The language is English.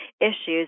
issues